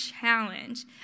challenge